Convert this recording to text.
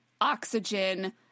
oxygen